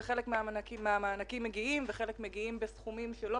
חלק מהמענקים מגיעים וחלק מגיעים בסכומים שלא